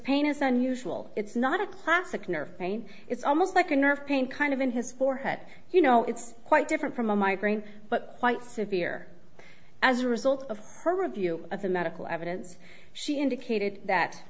pain isn't usual it's not a classic nerve pain it's almost like a nerve pain kind of in his forehead you know it's quite different from a migraine but quite severe as a result of her review of the medical evidence she indicated that